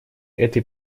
этой